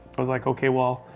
i was like, ok, well,